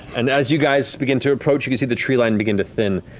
and as you guys begin to approach, you you see the treeline begin to thin,